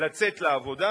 לצאת לעבודה,